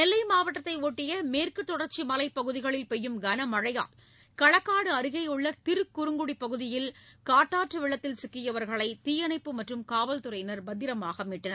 நெல்லை மாவட்டத்தை ஒட்டிய மேற்கு தொடர்ச்சி மலைப் பகுதிகளில் பெய்யும் கன மழையால் களக்காடு அருகேயுள்ள திருக்குறங்குடி பகுதியில் காட்டாற்று வெள்ளத்தில் சிக்கியவர்களை தீயணைப்பு மற்றும் காவல்துறையினர் பத்திரமாக மீட்டனர்